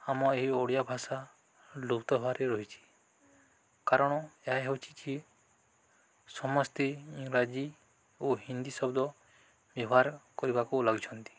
ଆମ ଏହି ଓଡ଼ିଆ ଭାଷା ଲୁପ୍ତ ଭାବରେ ରହିଛିି କାରଣ ଏହା ହେଉଛି କି ସମସ୍ତେ ଇଂରାଜୀ ଓ ହିନ୍ଦୀ ଶବ୍ଦ ବ୍ୟବହାର କରିବାକୁ ଲାଗୁଛନ୍ତି